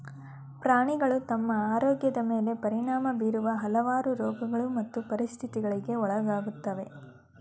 ಪ್ರಾಣಿಗಳು ತಮ್ಮ ಆರೋಗ್ಯದ್ ಮೇಲೆ ಪರಿಣಾಮ ಬೀರುವ ಹಲವಾರು ರೋಗಗಳು ಮತ್ತು ಪರಿಸ್ಥಿತಿಗಳಿಗೆ ಒಳಗಾಗುತ್ವೆ